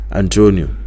antonio